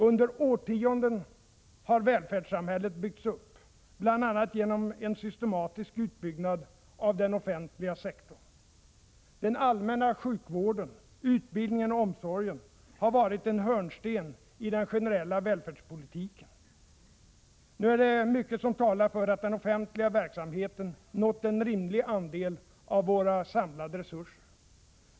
Under årtionden har välfärdssamhället byggts upp, bl.a. genom en systematisk utbyggnad av den offentliga sektorn. Den allmänna sjukvården, utbildningen och omsorgen har varit en hörnsten i den generella välfärdspolitiken. Nu är det mycket som talar för att den offentliga verksamheten nått en rimlig andel av våra samlade resurser.